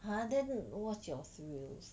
!huh! then what's your thrills